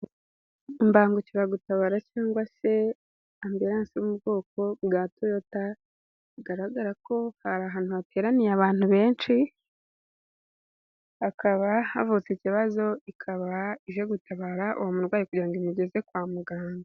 Imbangukiragutabara cyangwa se ambulance wo mu bwoko bwa toyota, bigaragara ko hari ahantu hateraniye abantu benshi, hakaba havutse ikibazo ikaba ije gutabara uwo murwayi kugira ngo imugeze kwa muganga.